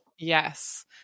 Yes